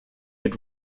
had